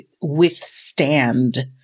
withstand